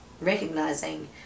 recognizing